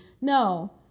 No